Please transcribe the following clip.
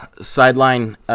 sideline